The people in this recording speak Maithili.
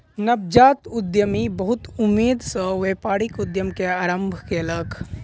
नवजात उद्यमी बहुत उमेद सॅ व्यापारिक उद्यम के आरम्भ कयलक